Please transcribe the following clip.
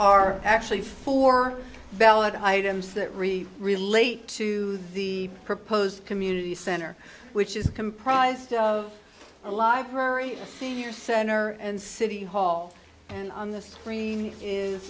are actually four ballot items that really relate to the proposed community center which is comprised of a live or a senior center and city hall and on the screen is